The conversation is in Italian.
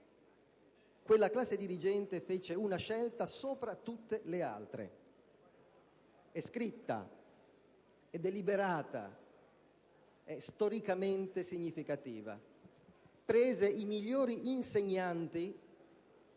quella classe dirigente fece una scelta sopra tutte le altre. Tale scelta è scritta, è deliberata ed è storicamente significativa: prese i migliori insegnanti